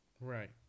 Right